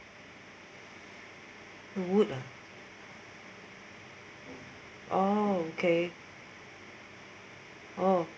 wood ah oh okay oh